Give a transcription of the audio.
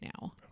now